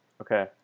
Okay